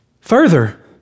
Further